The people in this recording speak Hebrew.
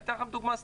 אני אתן לכם דוגמה.